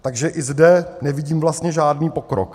Takže ani zde nevidím vlastně žádný pokrok.